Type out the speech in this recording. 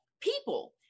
people